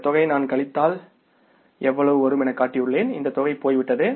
இந்த தொகை நான் கழித்தல் எனக் காட்டியுள்ளேன் இந்த தொகை போய்விட்டது